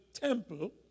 temple